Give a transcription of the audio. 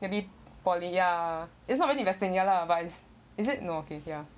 maybe poly~ ya it's not really investing ya lah but is is it no okay ya